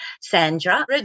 Sandra